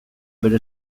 bere